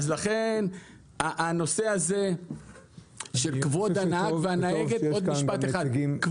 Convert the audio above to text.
לכן נושא כבוד הנהג והנהגת הוא משמעותי.